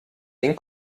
den